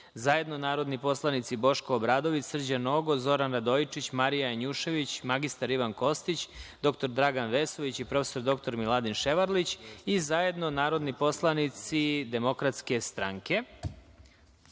zajedno narodni poslanici Boško Obradović, Srđan Nogo, Zoran Radojičić, Marija Janjušević, mr. Ivan Kostić, dr Dragan Vesović i prof. dr Miladin Ševarlić, i zajedno narodni poslanici DS.Reč ima Zoran